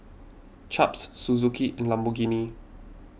Chaps Suzuki and Lamborghini